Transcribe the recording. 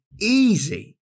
easy